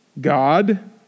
God